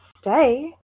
stay